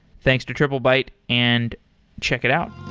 thanks to triplebyte and check it out